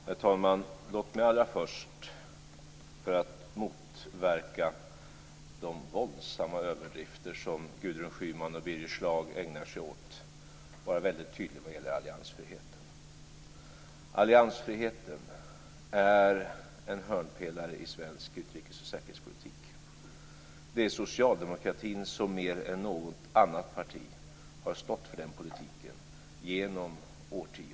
Herr talman! Låt mig allra först, för att motverka de våldsamma överdrifter som Gudrun Schyman och Birger Schlaug ägnar sig åt, vara väldigt tydlig vad gäller alliansfriheten. Alliansfriheten är en hörnpelare i svensk utrikesoch säkerhetspolitik. Det är socialdemokratin som mer än något annat parti har stått för den politiken genom årtionden.